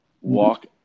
Walk